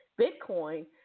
Bitcoin